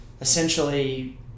essentially